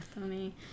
funny